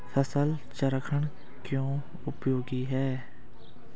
फसल चक्रण क्यों उपयोगी है?